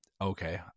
Okay